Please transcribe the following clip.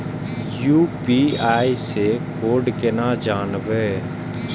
UPI से code केना जानवै?